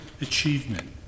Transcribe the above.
achievement